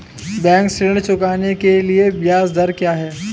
Bank ऋण चुकाने के लिए ब्याज दर क्या है?